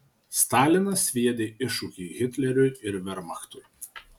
stalinas sviedė iššūkį hitleriui ir vermachtui